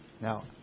Now